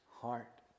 heart